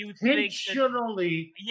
intentionally